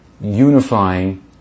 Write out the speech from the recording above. unifying